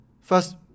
First